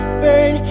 burn